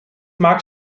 mag